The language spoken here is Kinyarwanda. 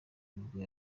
nibwo